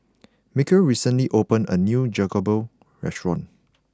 Mykel recently opened a new Jokbal restaurant